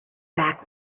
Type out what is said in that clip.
back